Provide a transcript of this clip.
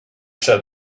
said